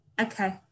okay